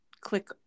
click